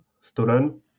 stolen